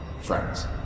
friends